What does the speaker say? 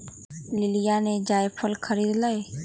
लिलीया ने जायफल खरीद लय